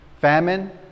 famine